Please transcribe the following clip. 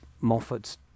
Moffat